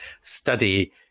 study